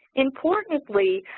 importantly,